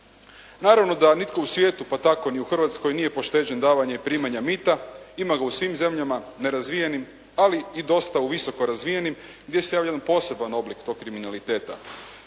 Naravno da nitko u svijetu pa tako ni u Hrvatskoj nije pošteđen davanja i primanja mita. Ima ga u svim zemljama, nerazvijenim, ali i dosta u visokorazvijenim, gdje se je stavljen poseban oblik tog kriminaliteta.